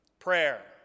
Prayer